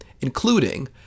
including